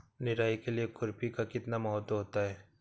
निराई के लिए खुरपी का कितना महत्व होता है?